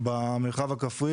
במרחב הכפרי